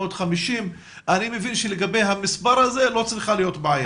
650. אני מבין שלגבי המספר הזה לא צריכה להיות בעיה.